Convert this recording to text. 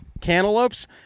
Cantaloupes